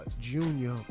Junior